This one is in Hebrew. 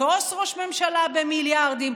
מטוס ראש ממשלה במיליארדים,